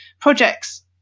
projects